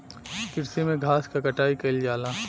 कृषि में घास क कटाई कइल जाला